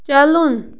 چلُن